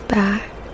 back